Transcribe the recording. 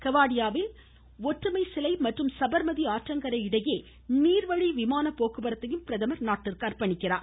கெவாடியாவில் உள்ள ஒற்றுமை சிலை மற்றும் சபர்மதி ஆற்றங்கரை இடையே நீர்வழி விமான போக்குவரத்தையும் பிரதமர் நாட்டிற்கு அர்ப்பணிக்கிறார்